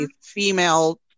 female